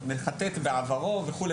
מחטט בעברו וכו',